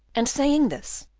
and saying this,